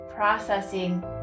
processing